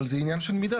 אבל זה עניין של מידה,